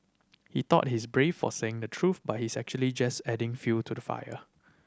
he thought he's brave for saying the truth but he's actually just adding fuel to the fire